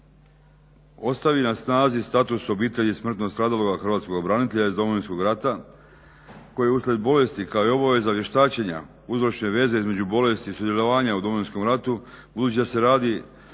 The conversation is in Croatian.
ostavi na snazi status obitelji smrtno stradaloga hrvatskoga branitelja iz Domovinskog rata koji uslijed bolesti kao i obaveza vještačenja uzročne veze između bolesti sudjelovanja u Domovinskom ratu budući da se radi